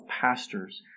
pastors